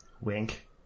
Wink